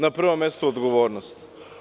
Na prvom mestu, odgovornost.